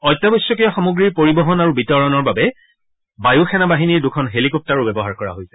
অত্যাবশ্যকীয় সামগ্ৰীৰ পৰিবহণ আৰু বিতৰণৰ বাবে বায়ু সেনাবাহিনীৰ দুখন হেলিকপ্তাৰো ব্যৱহাৰ কৰা হৈছে